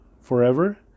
forever